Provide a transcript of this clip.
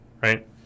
right